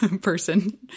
person